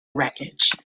wreckage